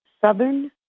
Southern